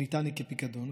שניתן לי כפיקדון,